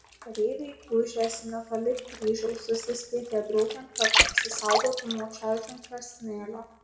kareiviai gūžėsi netoli kryžiaus susispietė draugėn kad apsisaugotų nuo čaižančio smėlio